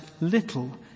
little